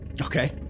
Okay